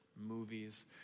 movies